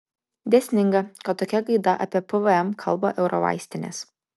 dėsninga kad tokia gaida apie pvm kalba eurovaistinės